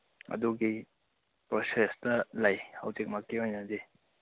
ꯑꯗꯨꯒꯤ ꯄ꯭ꯔꯣꯁꯦꯁꯇ ꯂꯩ ꯍꯧꯖꯤꯛꯃꯛꯀꯤ ꯑꯣꯏꯅꯗꯤ